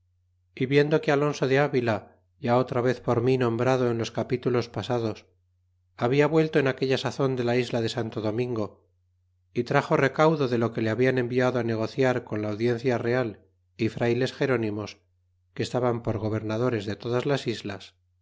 viendo que alonso de avila ya otra vez por mí nombrado en los capítulos pasados habla vuelto en aquella sazon de la isla de santo domingo y traxó recaudo de lo que le habian enviado negociar con la audiencia real é frayles gernimos que estaban por gobernadores de todas las islas